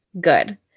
good